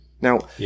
Now